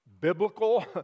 biblical